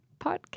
podcast